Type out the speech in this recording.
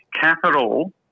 capital